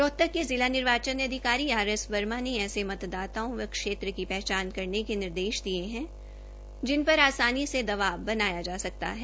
रोहतक के जिला निर्वाचन अधिकारी आरएस वर्मा ने ऐसे मतदाताओं व क्षेत्र की पहचान करने के निर्देश दिए हैं जिन पर आसानी से दबाव बनाया जा सकता है